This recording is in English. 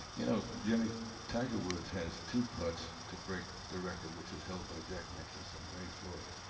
you know, jimmy tiger woods has two putts to break the record, which is held by jack nicklaus and ray floyd.